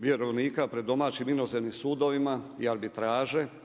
vjerovnika pred domaćim, inozemnom sudovima i arbitraže